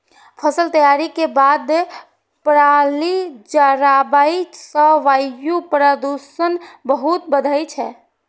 फसल तैयारी के बाद पराली जराबै सं वायु प्रदूषण बहुत बढ़ै छै